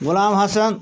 Ghulam Hassan